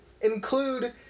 include